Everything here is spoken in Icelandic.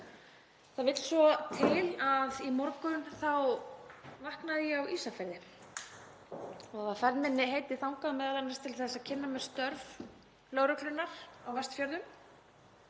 Það vill svo til að í morgun vaknaði ég á Ísafirði og var ferð minni heitið þangað m.a. til að kynna mér störf lögreglunnar á Vestfjörðum.